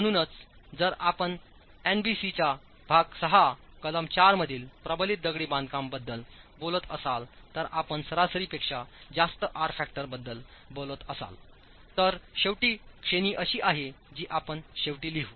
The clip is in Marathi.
म्हणूनच जर आपण एनबीसीच्या भाग 6 कलम 4 मधील प्रबलित दगडी बांधकाम बद्दल बोलत असाल तर आपण सरासरी पेक्षाजास्त आर फॅक्टर बद्दल बोलतअसालतर शेवटची श्रेणी अशी आहे जी आपण शेवटी लिहू